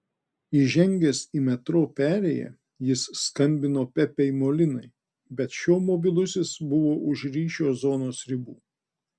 įžengęs į metro perėją jis skambino pepei molinai bet šio mobilusis buvo už ryšio zonos ribų